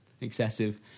excessive